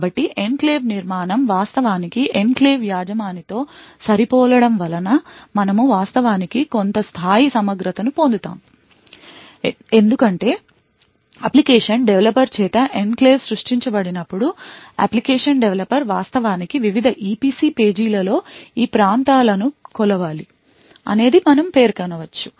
కాబట్టి ఎన్క్లేవ్ నిర్మాణం వాస్తవానికి ఎన్క్లేవ్ యజమానితో సరిపోలడం వలన మనము వాస్తవానికి కొంత స్థాయి సమగ్రతను పొందుతాము ఎందుకంటే అప్లికేషన్ డెవలపర్ చేత ఎన్క్లేవ్ సృష్టించబడినప్పుడు అప్లికేషన్ డెవలపర్ వాస్తవానికి వివిధ EPC పేజీలలో ఏ ప్రాంతాలను కొలవాలి అనేది పేర్కొనవచ్చు